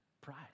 pride